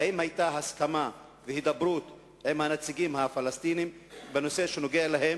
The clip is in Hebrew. האם היו הסכמה והידברות עם הנציגים הפלסטינים בנושא שנוגע אליהם?